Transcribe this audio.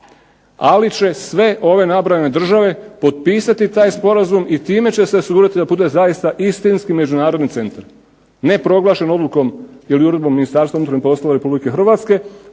Ali će sve ove nabrojene države potpisati taj sporazum i time će se … da bude zaista istinski međunarodni centar. Ne proglašen odlukom ili uredbom Ministarstva unutarnjih poslova RH